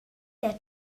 der